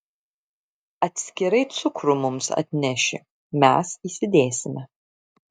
atskirai cukrų mums atneši mes įsidėsime